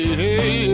hey